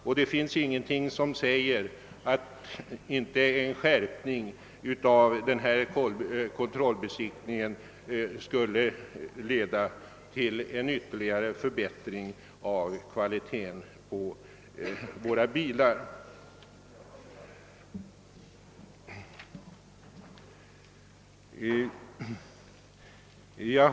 Och det finns ingenting som säger att en skärpning av kontrollbesiktningen inte skulle leda till ytterligare förbättring av kvaliteten på bilarna.